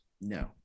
no